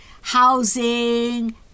housing